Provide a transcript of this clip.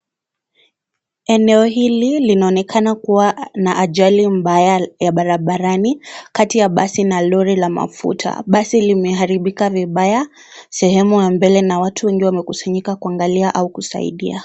Eneo hili linaonekana kuwa na ajali mbaya ya barabarani, kati ya basi na lori la mafuta. Basi limeharibika vibaya, sehemu ya mbele na watu wengi wamekusanyika kuangalia au kusaidia.